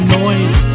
noise